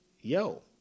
yo